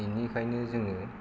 बेनिखायनो जोङो